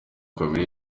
kamere